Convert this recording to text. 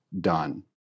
done